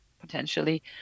potentially